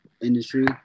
industry